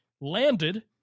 landed